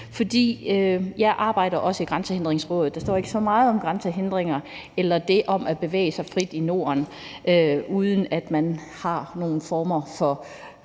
Jeg arbejder også i Grænsehindringsrådet, og der står ikke så meget om grænsehindringer eller det at bevæge sig frit i Norden uden nogen form for